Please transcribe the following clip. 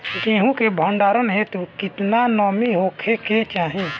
गेहूं के भंडारन हेतू कितना नमी होखे के चाहि?